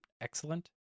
excellent